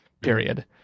Period